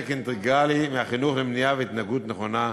אינטגרלי של החינוך למניעה ולהתנהגות נכונה ובטוחה.